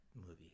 movie